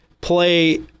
play